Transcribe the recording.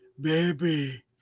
baby